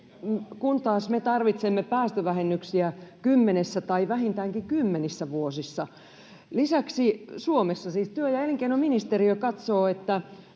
kun taas me tarvitsemme päästövähennyksiä kymmenessä tai vähintäänkin kymmenissä vuosissa. Lisäksi Suomessa ihan työ‑ ja elinkeinoministeriö katsoo, että